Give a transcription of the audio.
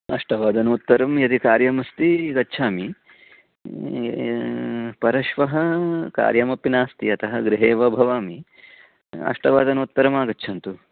अष्टवादनोत्तरं यदि कार्यमस्ति गच्छामि परश्वः कार्यमपि नास्ति अतः गृहे एव भवामि अष्टवादनोत्तरमागच्छन्तु